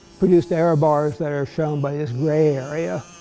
produced error bars that are shown by this gray area.